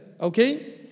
Okay